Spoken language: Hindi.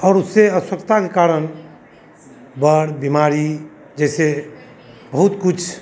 और उससे अस्वच्छता के कारण बाढ़ बिमारी जैसे बहुत कुछ